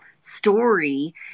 story